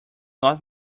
not